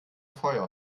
feuer